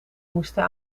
moesten